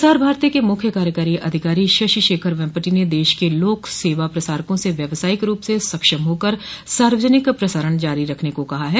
प्रसार भारती के मुख्य कार्यकारी अधिकारी शशि शेखर वेम्पटि ने देश के लोक सेवा प्रसारकों से व्यावसायिक रूप से सक्षम होकर सार्वजनिक प्रसारण जारी रखने को कहा है